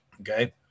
Okay